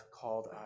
called